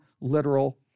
Literal